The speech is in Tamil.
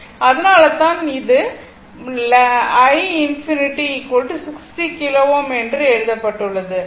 எனவே அதனால்தான் இது 11 ∞ 60 கிலோ Ω என்று எழுதப்பட்டுள்ளது